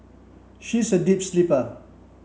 she is a deep sleeper